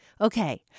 Okay